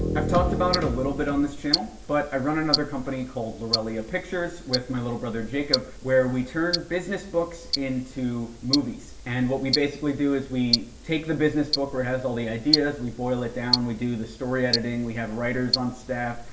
i've talked about it a little bit on this channel, but i run another company called lorelia pictures with my little brother jacob, where we turn business books into movies. and what we basically do is we take the business book where it has all the ideas, we boil it down, we do the story editing, we have writers on staff,